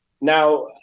Now